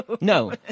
No